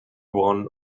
one